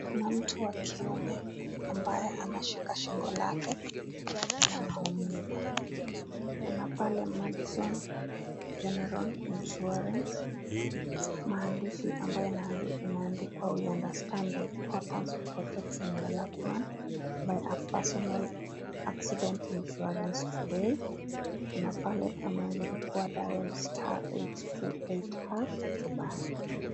Kuna mtu wa kiume ambaye anashika shingo lake na maumivu. Kuna pale Madison general insurance , maandishi ambayo yanaandikwa we understand the importance protecting your loved ones. Buy a personal accident insurance today Kuna pale pameandikwa dial *828# to buy.